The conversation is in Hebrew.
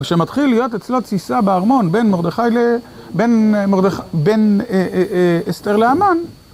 ושמתחיל להיות אצלו תסיסה בארמון בין אסתר להמן.